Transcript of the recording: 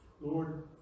Lord